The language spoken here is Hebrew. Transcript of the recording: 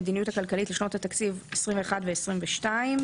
במוסדות חינוך ובמקומות ציבוריים,